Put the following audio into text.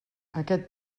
aquest